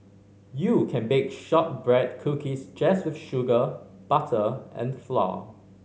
you can bake shortbread cookies just with sugar butter and flour